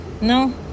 no